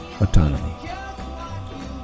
Autonomy